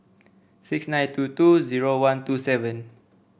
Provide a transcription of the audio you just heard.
six nine two two zero one two seven